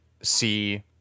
see